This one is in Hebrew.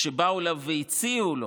כשבאו אליו והציעו לו